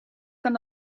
kan